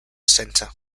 center